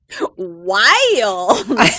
Wild